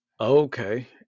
Okay